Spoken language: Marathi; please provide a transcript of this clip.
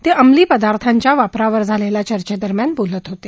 ते अंमली पदार्थांच्या वापरावर झालेल्या चर्चेदरम्यान बोलत होते